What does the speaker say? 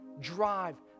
Drive